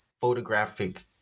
photographic